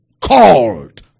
called